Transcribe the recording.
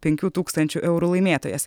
penkių tūkstančių eurų laimėtojas